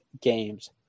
games